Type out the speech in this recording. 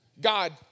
God